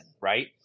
right